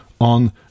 on